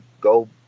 go